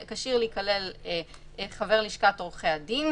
כשיר להיכלל חבר לשכת עוה"ד,